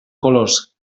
colors